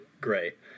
great